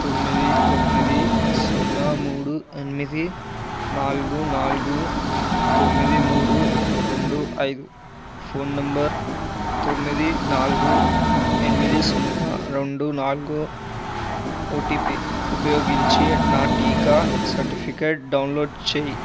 తొమ్మిది తొమ్మిది సున్నా మూడు ఎనిమిది నాలుగు నాలుగు తొమ్మిది మూడు రెండు ఐదు ఫోన్ నంబర్ తొమ్మిది నాలుగు ఎనిమిది సున్నా రెండు నాలుగు ఓటీపీ ఉపయోగించి నా టీకా సర్టిఫికెట్ డౌన్లోడ్ చేయి